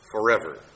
forever